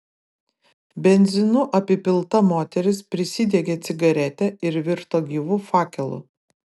benzinu apipilta moteris prisidegė cigaretę ir virto gyvu fakelu